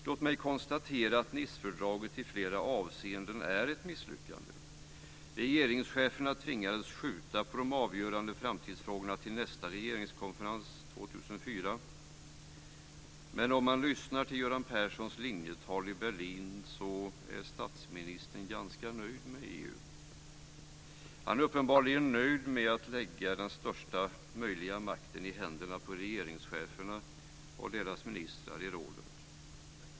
Låt mig konstatera att Nicefördraget i flera avseenden är ett misslyckande. Regeringscheferna tvingades skjuta på de avgörande framtidsfrågorna till nästa regeringskonferens år 2004, men när man lyssnade till Göran Perssons linjetal i Berlin hörde man att statsministern är ganska nöjd med EU. Han är uppenbarligen nöjd med att lägga största möjliga makt i händerna på regeringscheferna och deras ministrar i rådet.